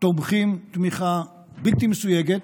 תומכים תמיכה בלתי מסויגת.